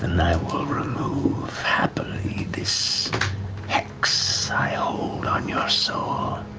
and i will remove, happily, this hex i hold on your soul.